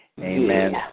Amen